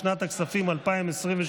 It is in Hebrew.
לשנת הכספים 2023,